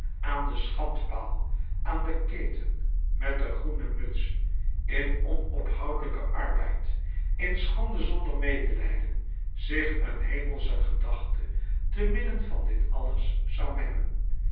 aan den schandpaal aan de keten met de groene muts in onophoudelijken arbeid in schande zonder medelijden zich een hemelsche gedachte te midden van dit alles zou mengen